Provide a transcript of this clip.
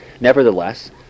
Nevertheless